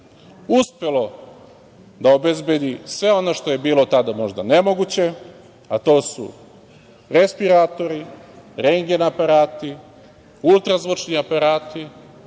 uspelo da obezbedi sve ono što je bilo tada možda nemoguće, a to su respiratori, rendgen aparati, ultrazvučni aparati,